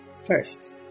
first